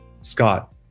Scott